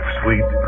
sweet